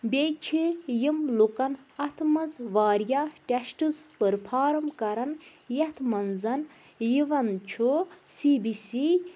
بیٚیہِ چھِ یِم لُکَن اَتھ منٛز واریاہ ٹٮ۪شٹٕز پٕرفارَم کَران یَتھ منٛز یِوان چھُ سی بی سی